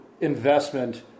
investment